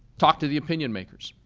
talk to the opinion makers.